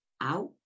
out